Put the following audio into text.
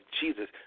Jesus